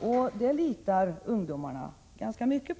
och ungdomarna litar i stor utsträckning på det.